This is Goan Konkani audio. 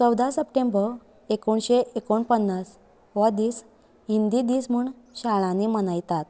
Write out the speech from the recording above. चवदा सप्टेंबर एकूणीश्शे एकूण पन्नास हो दिस हिन्दी दीस म्हण शाळांनी मनयतात